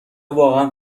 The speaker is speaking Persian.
واقعا